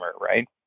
right